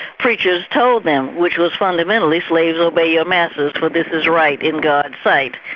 preachers, told them, which was fundamentally slaves, obey your masters for this is right in god's sight.